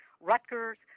Rutgers